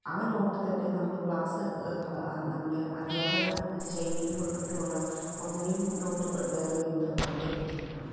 ആ നോട്ട് തന്നെ നമ്മൾ ക്ലാസ്സ് നമ്മളെ അധ്യാപന ശൈലി ലുള്ള ഒന്നുകിൽ നോട്ട് പ്രിപയർ ചെയ്യുന്നത് ഭയങ്കര ബുദ്ധിമുട്ടാണ്